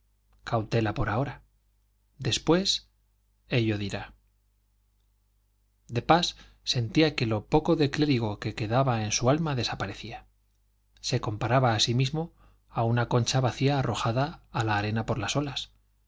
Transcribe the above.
cautela por ahora después ello dirá de pas sentía que lo poco de clérigo que quedaba en su alma desaparecía se comparaba a sí mismo a una concha vacía arrojada a la arena por las olas